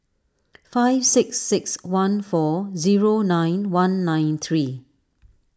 five six six one four zero nine one nine three